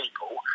people